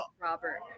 Robert